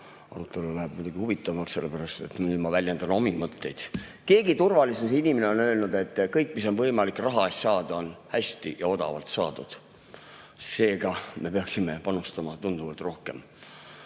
Arutelu läheb muidugi huvitavamaks, sellepärast et nüüd ma väljendan omi mõtteid. Keegi turvalisusinimene on öelnud, et kõik, mis on võimalik raha eest saada, on hästi ja odavalt saadud. Seega me peaksime panustama tunduvalt rohkem